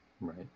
Right